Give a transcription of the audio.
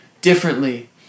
differently